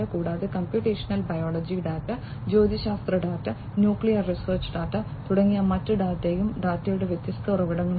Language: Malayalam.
കൂടാതെ കമ്പ്യൂട്ടേഷണൽ ബയോളജി ഡാറ്റ ജ്യോതിശാസ്ത്ര ഡാറ്റ ന്യൂക്ലിയർ റിസർച്ച് ഡാറ്റ തുടങ്ങിയ മറ്റ് ഡാറ്റയും ഡാറ്റയുടെ വ്യത്യസ്ത ഉറവിടങ്ങളാണ്